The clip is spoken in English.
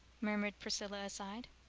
murmured priscilla aside.